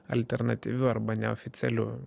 alternatyviu arba neoficialiu